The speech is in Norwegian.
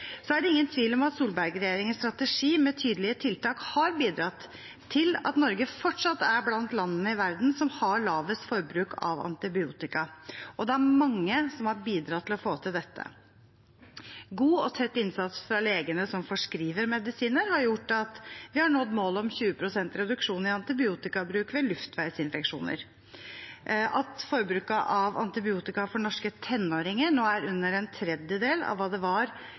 er ingen tvil om at Solberg-regjeringens strategi med tydelige tiltak har bidratt til at Norge fortsatt er blant landene i verden som har lavest forbruk av antibiotika, og det er mange som har bidratt til å få til dette. God og tett innsats fra legene som forskriver medisiner, har gjort at vi har nådd målet om 20 pst. reduksjon i antibiotikabruk ved luftveisinfeksjoner. At forbruket av antibiotika for norske tenåringer nå er under en tredjedel av hva det var